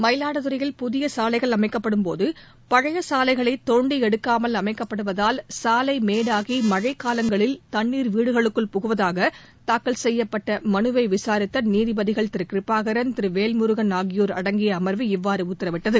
மயிலாடுதுரையில் புதிய சாலைகள் அமைக்கப்படும்போது பழைய சாலைகளை தோண்டி எடுக்காமல் அமைக்கப்படுவதால் சாலை மேடாகி மழைக் காலங்களில் தண்ணீர் வீடுகளுக்குள் புகுவதாக தாக்கல் செய்யப்பட்ட மனுவை விசாரித்த நீதிபதிகள் திரு கிருபாகரன் திரு வேல்முருகன் ஆகியோர் அடங்கிய அம்வு இவ்வாறு உத்தரவிட்டது